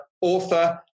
author